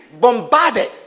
bombarded